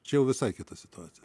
čia jau visai kita situacija